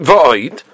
Void